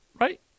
Right